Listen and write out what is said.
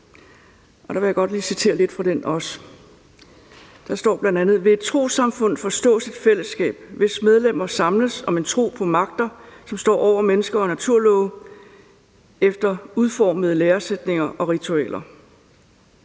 Jeg vil også gerne lige citere lidt fra den. Der står bl.a.: »Ved trossamfund forstås i denne lov et fællesskab, hvis medlemmer samles om en tro på magter, som står over mennesker og naturlove, efter udformede læresætninger og ritualer.«